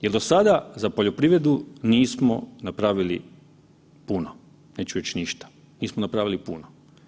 Jel do sada za poljoprivredu nismo napravili puno, neću reći ništa, nismo napravili puno.